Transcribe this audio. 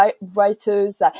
writers